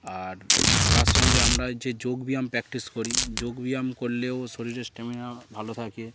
আর তার সঙ্গে আমরা যে যোগব্যায়াম প্র্যাকটিস করি যোগব্যায়াম করলেও শরীরের স্ট্যামিনা ভালো থাকে